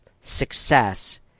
success